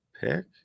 pick